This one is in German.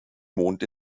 mond